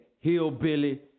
Hillbilly